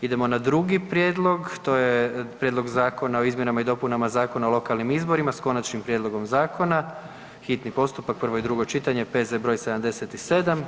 Idemo na drugi prijedlog, to je Prijedlog zakona o izmjenama i dopunama Zakona o lokalnim izborima, s Konačnim prijedlogom Zakona, hitni postupak, prvo i drugo čitanje, P.Z. br. 77.